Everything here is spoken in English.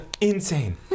insane